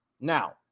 now